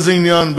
באיזה עניין,